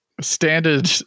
Standard